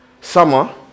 summer